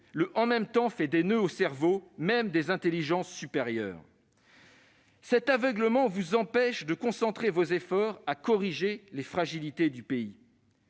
le « en même temps » fait des noeuds au cerveau, même aux intelligences supérieures. Cet aveuglement vous empêche de concentrer vos efforts pour corriger les fragilités du pays